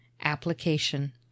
Application